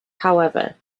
however